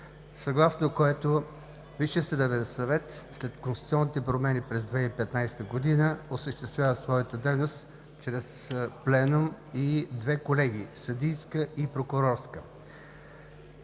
съгласно което Висшият съдебен съвет след конституционните промени през 2015 г. осъществява своята дейност чрез Пленум и две колегии – Съдийска и Прокурорска.